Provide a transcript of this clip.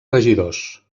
regidors